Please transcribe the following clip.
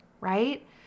right